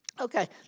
Okay